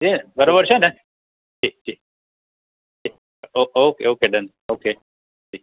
દિનેશ બરાબર છે ને ji ji ji okay okay done okay જી